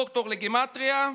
דוקטור לגימטרייה,